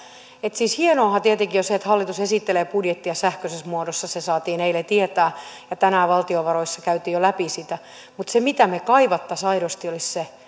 siis hienoahan tietenkin on se että hallitus esittelee budjettia sähköisessä muodossa se saatiin eilen tietää ja tänään valtiovaroissa käytiin jo läpi sitä mutta se mitä me kaipaisimme aidosti olisi se